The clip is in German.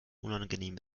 unangenehm